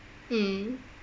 mm